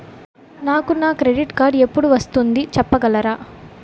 నాకు నా credit card ఎపుడు వస్తుంది చెప్పగలరా?